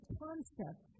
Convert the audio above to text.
concept